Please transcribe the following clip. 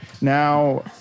Now